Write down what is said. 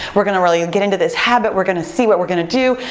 we're gonna really get into this habit. we're gonna see what we're gonna do.